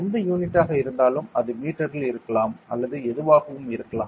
எந்த யூனிட்டாக இருந்தாலும் அது மீட்டரில் இருக்கலாம் அல்லது எதுவாகவும் இருக்கலாம்